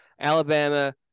Alabama